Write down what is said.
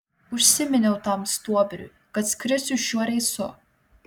užsiminiau tam stuobriui kad skrisiu šiuo reisu